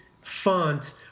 font